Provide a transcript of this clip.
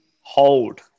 hold